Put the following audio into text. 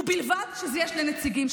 ובלבד שאלה יהיו שני נציגים,